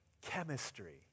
chemistry